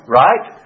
right